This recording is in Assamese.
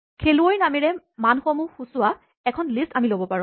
খেলুৱৈৰ নামেৰে মানসমূহ সূচোৱা এখন লিষ্ট আমি ল'ব পাৰো